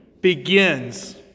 begins